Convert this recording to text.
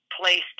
placed